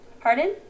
Pardon